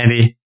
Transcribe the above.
Andy